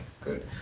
good